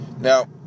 Now